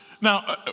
Now